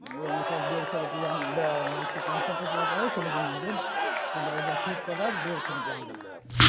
ओहिमे सब डेढ सए रुपैआमे देब अहाँके एक सए पैंसठ रुपैआ पड़ै छै लेकिन अहाँकेॅं पन्द्रह रुपैआ छूट कऽ देब डेढ सए रुपैआ अहाँके लेब